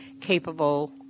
capable